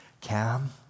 Cam